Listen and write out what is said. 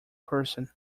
person